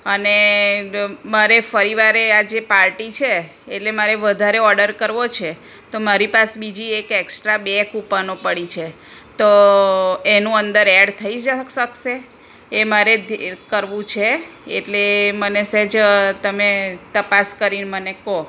અને મારે ફરીવારે આ જે પાર્ટી છે એટલે મારે વધારે ઓડર કરવો છે તો મારી પાસે બીજી એક એકસ્ટ્રા બે કૂપનો પડી છે તો એનું અંદર એડ થઈ શકશે એ મારે કરવું છે એટલે મને સહેજ તમે તપાસ કરીને મને કહો